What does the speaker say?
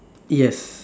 yes